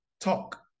talk